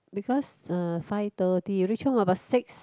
because uh five thirty you reach home about six